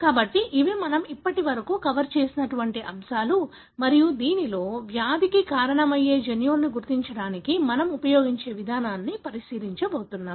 కాబట్టి ఇవి మనం ఇప్పటివరకు కవర్ చేసిన అంశాలు మరియు దీనిలో వ్యాధికి కారణమయ్యే జన్యువులను గుర్తించడానికి మనం ఉపయోగించే విధానాన్ని పరిశీలించబోతున్నాం